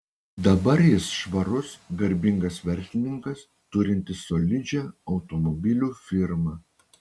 dabar jis švarus garbingas verslininkas turintis solidžią automobilių firmą